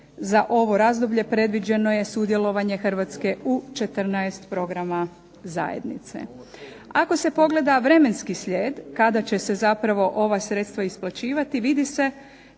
za ovo razdoblje predviđeno je sudjelovanje Hrvatske u 14 programa zajednice. Ako se pogleda vremenski slijed kada će se zapravo ova sredstva isplaćivati vidi se